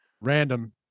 random